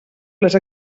les